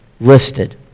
listed